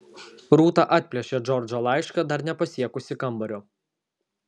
rūta atplėšė džordžo laišką dar nepasiekusi kambario